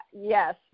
yes